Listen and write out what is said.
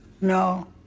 No